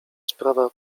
sprawa